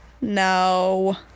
No